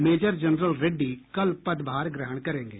major general Reddy कल पदभार ग्रहण करेंगे